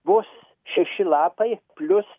vos šeši lapai plius